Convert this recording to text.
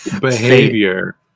Behavior